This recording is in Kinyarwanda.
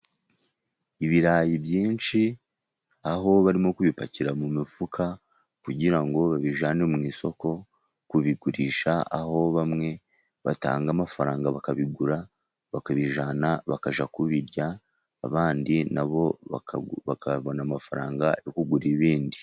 Ibirayi byinshi aho barimo kubipakira mu mifuka, kugira ngo babijyane mu isoko kubigurisha, aho bamwe batanga amafaranga bakabigura, bakabijyana bakajya kubirya, abandi nabo bakabona amafaranga yo kugura ibindi.